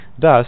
Thus